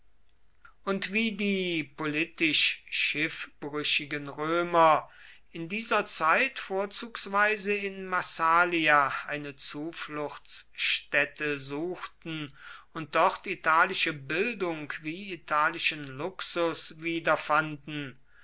und wie die politisch schiffbrüchigen römer in dieser zeit vorzugsweise in massalia eine zufluchtsstätte suchten und dort italische bildung wie italischen luxus